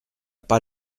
pas